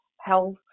health